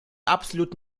absolut